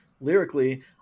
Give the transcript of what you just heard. Lyrically